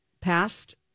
passed